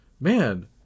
Man